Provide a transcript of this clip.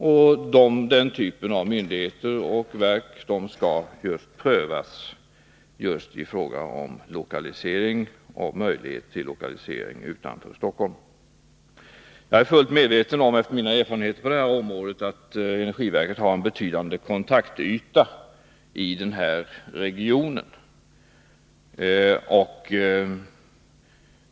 När det gäller den typen av myndighet och verk skall man kunna pröva en lokalisering utanför Stockholm. Efter mina erfarenheter på detta område är jag fullt medveten om att energiverket har en betydande kontaktyta i Stockholmsregionen.